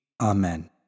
Amen